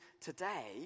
today